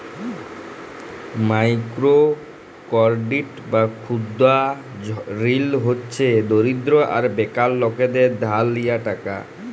micro credit বা ক্ষুদা ঋল হছে দরিদ্র আর বেকার লকদের ধার লিয়া টাকা